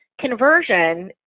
conversion